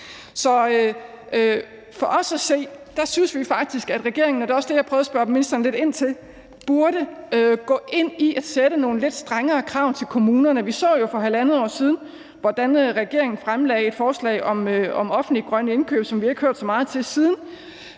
for os at se – og det var også det, jeg forsøgte at spørge ministeren lidt ind til – burde regeringen gå ind i at sætte nogle lidt strengere krav til kommunerne. Vi så jo for halvandet år siden, at regeringen fremlagde et forslag om grønne offentlige indkøb, som vi ikke har hørt så meget til siden.